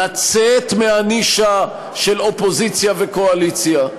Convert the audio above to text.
לצאת מהנישה של אופוזיציה וקואליציה,